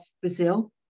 Brazil